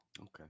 Okay